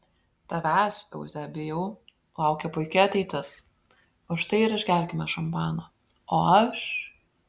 tavęs euzebijau laukia puiki ateitis už tai ir išgerkime šampano o aš